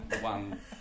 one